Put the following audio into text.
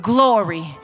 Glory